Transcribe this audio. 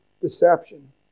Deception